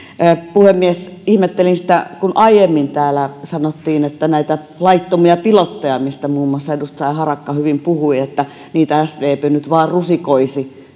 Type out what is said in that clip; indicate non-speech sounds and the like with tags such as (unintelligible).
puhemies ihmettelin sitä kun aiemmin täällä sanottiin että näitä laittomia pilotteja joista muun muassa edustaja harakka hyvin puhui sdp nyt vain rusikoisi (unintelligible)